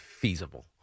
feasible